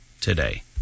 today